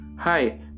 Hi